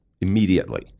immediately